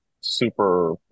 super